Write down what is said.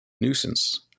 nuisance